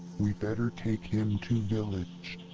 we better take him to village.